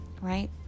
Right